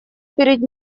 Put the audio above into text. перед